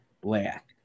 black